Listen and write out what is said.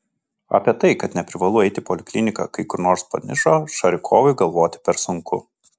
apie tai kad neprivalu eiti į polikliniką kai kur nors panižo šarikovui galvoti per sunku